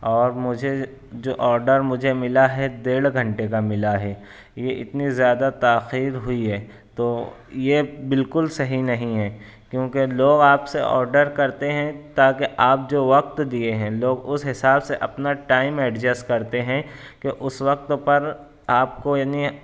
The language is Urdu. اور مجھے جو آرڈر مجھے ملا ہے ڈیڑھ گھنٹے کا ملا ہے یہ اتنی زیادہ تاخیر ہوئی ہے تو یہ بلکل صحیح نہیں ہے کیونکہ لوگ آپ سے آرڈر کرتے ہیں تاکہ آپ جو وقت دیے ہے لوگ اس حساب سے اپنا ٹائم ایڈجسٹ کرتے ہیں کہ اس وقت پر آپ کو یعنی